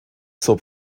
zur